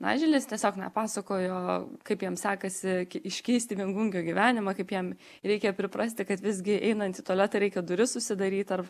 naiželis tiesiog na pasakojo kaip jiem sekasi iškeisti viengungio gyvenimą kaip jam reikia priprasti kad visgi einant į tualetą reikia duris užsidaryt ar